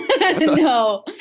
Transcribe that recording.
No